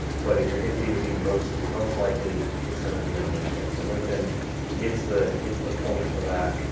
but if you're in b two b, most most likely it's gonna be on linkedin. so linkedin gets the gets the points for that.